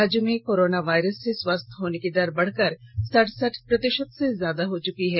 राज्य में corona virus से स्वस्थ होने की दर बढ़कर सड़सठ प्रतिशत से ज्यादा हो चुकी है